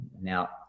Now